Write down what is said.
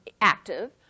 active